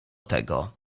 tego